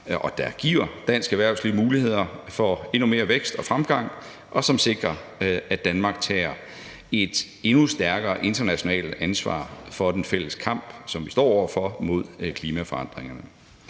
der giver dansk erhvervsliv muligheder for endnu mere vækst og fremgang, og som sikrer, at Danmark tager et endnu større internationalt ansvar for den fælles kamp, som vi står over for, nemlig klimaforandringerne.